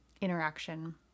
interaction